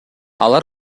алар